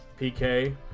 PK